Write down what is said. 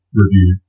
review